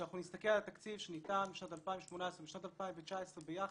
כשאנחנו נסתכל על התקציב שניתן בשנת 2018 ובשנת 2019 ביחד,